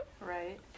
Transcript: Right